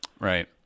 Right